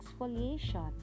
exfoliation